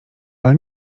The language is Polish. ale